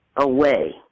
away